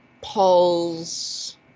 Paul's